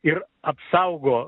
ir apsaugo